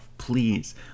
Please